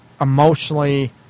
emotionally